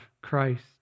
Christ